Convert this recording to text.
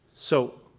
so,